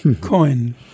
coin